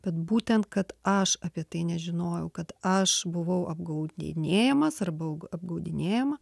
bet būtent kad aš apie tai nežinojau kad aš buvau apgaudinėjamas arba aug apgaudinėjama